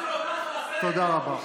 אפילו הפן הזה שאתה מדבר, תודה רבה.